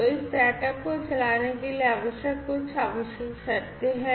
तो इस सेटअप को चलाने के लिए आवश्यक कुछ आवश्यक शर्तें हैं